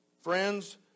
Friends